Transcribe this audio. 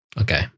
okay